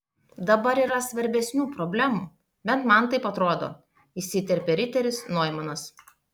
dabar yra svarbesnių problemų bent man taip atrodo įsiterpė riteris noimanas